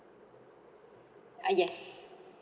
uh yes